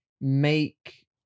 make